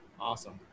Awesome